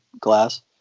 glass